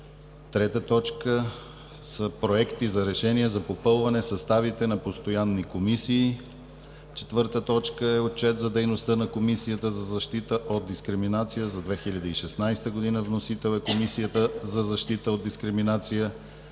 2017 г. 3. Проекти на решения за попълване съставите на постоянни комисии. 4. Отчет за дейността на Комисията за защита от дискриминация за 2016 г. Вносител: Комисията за защита от дискриминация